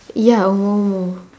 ya oh